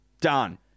Done